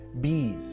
bees